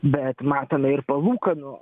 bet matome ir palūkanų